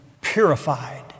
purified